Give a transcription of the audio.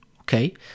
Okay